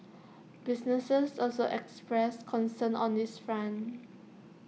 businesses also expressed concern on this front